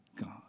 God